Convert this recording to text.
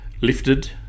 lifted